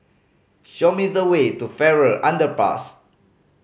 show me the way to Farrer Underpass